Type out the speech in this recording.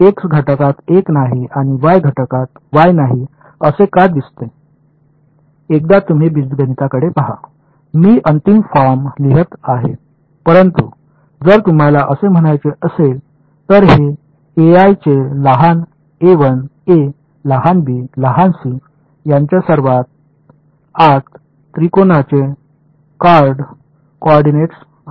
X घटकात x नाही आणि y घटकात y नाही असे का दिसते एकदा तुम्ही बीजगणिताकडे पहा मी अंतिम फॉर्म लिहित आहे परंतु जर तुम्हाला असे म्हणायचे असेल तर हे चे लहान a लहान b लहान c त्यांच्या सर्वांच्या आत त्रिकोणाचे कॉर्ड कोऑर्डिनेट्स आहेत